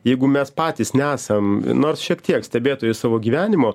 jeigu mes patys nesam nors šiek tiek stebėtojai savo gyvenimo